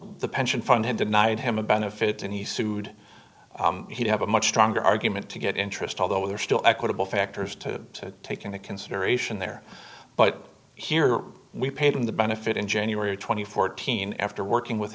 the pension fund had denied him a benefit and he sued he'd have a much stronger argument to get interest although there are still equitable factors to take into consideration there but here we paid him the benefit in january twenty four teen after working with